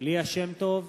ליה שמטוב,